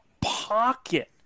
pocket